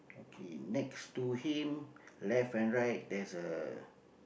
okay next to him left and right there's a